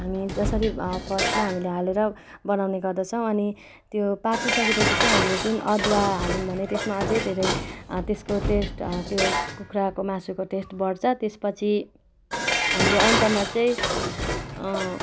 हामी जसरी फर्स्टमा हामीले हालेर बनाउने गर्दछौँ अनि त्यो पाकिसकेपछि चाहिँ हामीले जुन अदुवा हाल्यौँ भने त्यसमा अझै धेरै त्यसको टेस्ट त्यो कुखुराको मासुको टेस्ट बढ्छ त्यसपछि हामीले अन्तमा चाहिँ